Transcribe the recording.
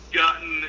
gotten